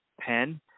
pen